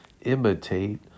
imitate